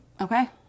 Okay